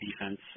defense